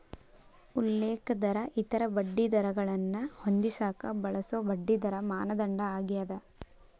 ಉಲ್ಲೇಖ ದರ ಇತರ ಬಡ್ಡಿದರಗಳನ್ನ ಹೊಂದಿಸಕ ಬಳಸೊ ಬಡ್ಡಿದರ ಮಾನದಂಡ ಆಗ್ಯಾದ